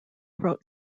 wrote